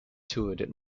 toured